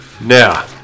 Now